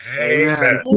Amen